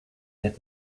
that